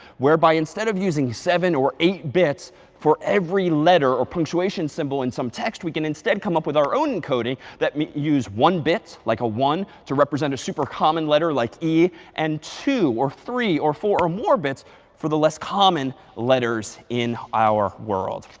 whereby instead of using seven or eight bits for every letter or punctuation symbol in some text, we can instead come up with our own coding that we use one bit like a one to represent a super common letter like e, and two or three or four or more bits for the less common letters in our world.